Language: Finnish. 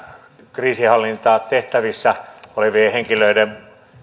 kriisinhallintatehtävissä olevien henkilöiden